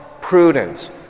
prudence